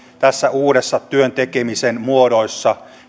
näissä uusissa työn tekemisen muodoissa